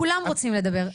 כולם רוצים לדבר.